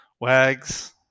Wags